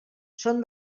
són